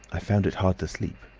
i found it hard to sleep.